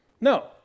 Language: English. No